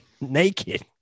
naked